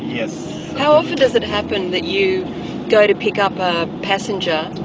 yes. how often does it happen that you go to pick up a passenger?